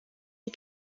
you